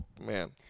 Man